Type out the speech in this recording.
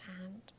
hand